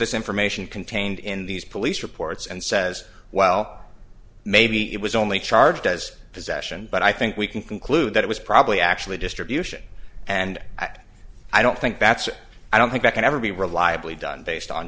this information contained in these police reports and says well maybe it was only charged as possession but i think we can conclude that it was probably actually distribution and i don't think that's it i don't think that can ever be reliably done